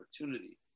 opportunity